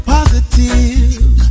Positive